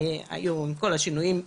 היום עם כל השינויים,